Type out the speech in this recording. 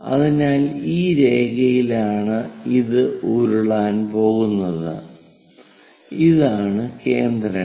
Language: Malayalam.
അതിനാൽ ഈ രേഖയിലാണ് ഇത് ഉരുളാൻ പോകുന്നത് ഇതാണ് കേന്ദ്രങ്ങൾ